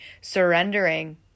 surrendering